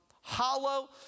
Hollow